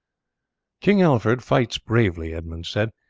king alfred fights bravely, edmund said,